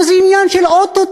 כאילו זה עניין של או-טו-טו.